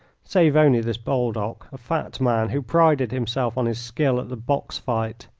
save only this baldock, a fat man, who prided himself on his skill at the box-fight.